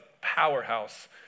powerhouse